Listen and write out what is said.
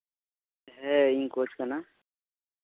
ᱦᱮᱸ ᱤᱧ ᱠᱳᱪ ᱠᱟᱱᱟ